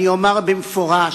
אני אומר במפורש: